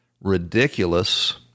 ridiculous